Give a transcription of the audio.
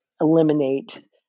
eliminate